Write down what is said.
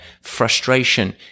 frustration